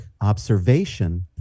observation